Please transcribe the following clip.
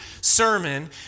sermon